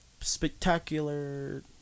spectacular